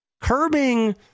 curbing